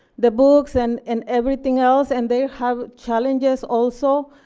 the books, and and everything else, and they have challenges also,